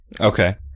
Okay